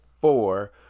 four